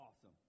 awesome